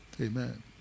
Amen